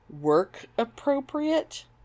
work-appropriate